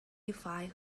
define